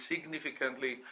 significantly